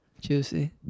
Juicy